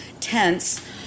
tents